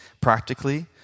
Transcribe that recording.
practically